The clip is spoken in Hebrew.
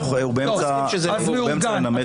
חנוך הוא באמצע לנמק את ההסתייגות אז תיתן לו לסיים,